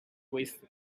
with